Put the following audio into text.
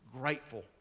grateful